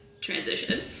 transition